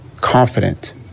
confident